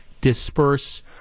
Disperse